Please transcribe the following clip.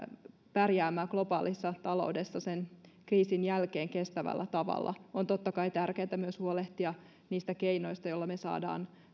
pärjäämään globaalissa taloudessa sen kriisin jälkeen kestävällä tavalla on totta kai tärkeätä myös huolehtia niistä keinoista joilla me saamme